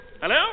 Hello